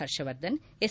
Harshvardhan S